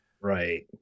Right